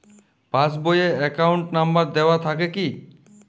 Pass বই এ account number দেওয়া থাকে কি?